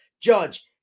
Judge